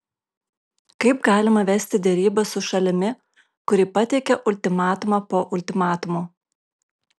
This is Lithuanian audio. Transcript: kaip galima vesti derybas su šalimi kuri pateikia ultimatumą po ultimatumo